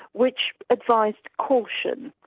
which advised caution.